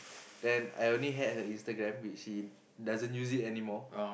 then I only had her Instagram which she doesn't use it anymore